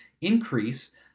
increase